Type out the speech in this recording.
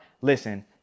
Listen